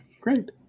Great